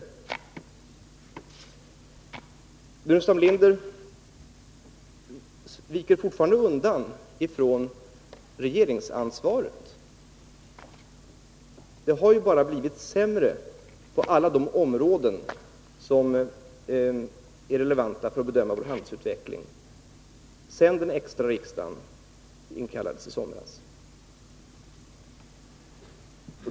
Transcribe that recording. Staffan Burenstam Linder viker fortfarande undan från regeringsansvaret. Det har ju bara blivit sämre på alla de områden som är relevanta för en bedömning av den handelspolitiska utvecklingen. Så till diskussionen om det extra riksmöte som inkallades i somras.